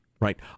right